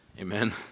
amen